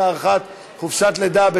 המערכת לא עבדה?